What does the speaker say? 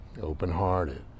open-hearted